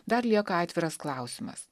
dar lieka atviras klausimas